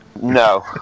no